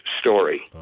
story